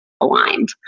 aligned